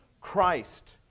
Christ